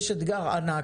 יש אתגר ענק,